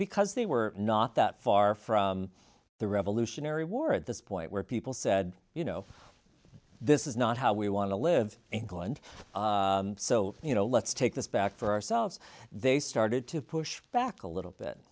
because they were not that far from the revolutionary war at this point where people said you know this is not how we want to live and go and so you know let's take this back for ourselves they started to push back a little bit